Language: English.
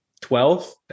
Twelve